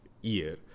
year